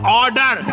order